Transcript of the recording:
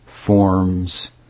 forms